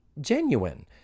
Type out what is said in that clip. genuine